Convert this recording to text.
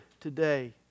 today